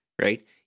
right